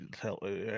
tell